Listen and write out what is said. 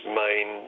main